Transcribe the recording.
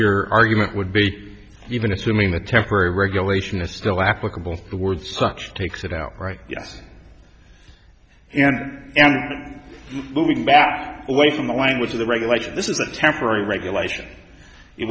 your argument would be even assuming the temporary regulation is still applicable the word such takes it out right yes and and moving back away from the language of the regulation this is a temporary regulation